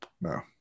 no